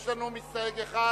יש לנו מסתייג אחד,